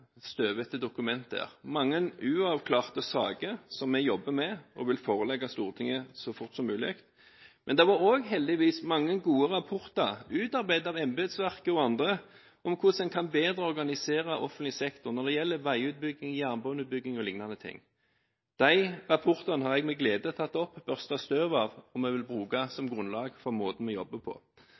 mange støvete dokumenter der, mange uavklarte saker som vi jobber med og vil forelegge Stortinget så fort som mulig. Men det var heldigvis også mange gode rapporter utarbeidet av embetsverket og andre om hvordan en bedre kan organisere offentlig sektor når det gjelder veiutbygging, jernbaneutbygging og liknende ting. De rapportene har jeg med glede tatt opp og børstet støv av, og vi vil bruke dem som grunnlag for måten vi jobber på.